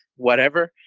whatever.